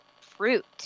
fruit